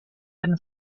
been